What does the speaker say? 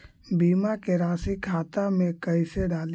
बीमा के रासी खाता में कैसे डाली?